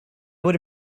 would